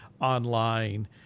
online